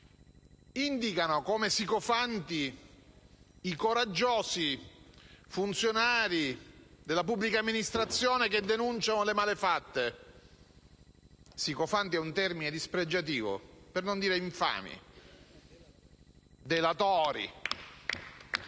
indicare come sicofanti i coraggiosi funzionari della pubblica amministrazione che denunciano le malefatte. Sicofanti è un termine dispregiativo, per non dire infami, e sta